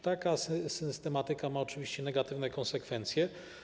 Taka systematyka ma oczywiście negatywne konsekwencje.